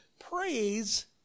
praise